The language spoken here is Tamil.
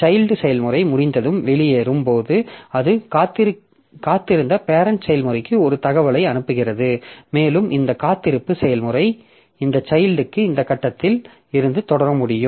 சைல்ட் செயல்முறை முடிந்ததும் வெளியேறும் போது அது காத்திருந்த பேரெண்ட் செயல்முறைக்கு ஒரு தகவலை அனுப்புகிறது மேலும் இந்த காத்திருப்பு செயல்முறை இந்த சைல்ட்க்கு இந்த கட்டத்தில் இருந்து தொடர முடியும்